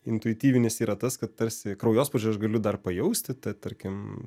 intuityvinis yra tas kad tarsi kraujospūdžio aš galiu dar pajausti tą tarkim